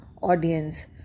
audience